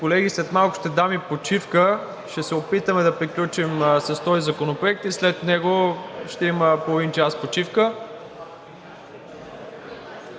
Колеги, след малко ще дам и почивка. Ще се опитаме да приключим с този законопроект, а след него ще има половин час почивка.